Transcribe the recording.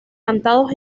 cantados